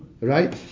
Right